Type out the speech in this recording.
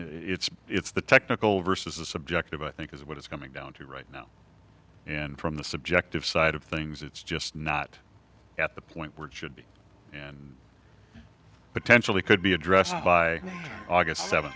it's it's the technical versus the subjective i think is what it's coming down to right now and from the subjective side of things it's just not at the point where it should be and potentially could be addressed by august seventh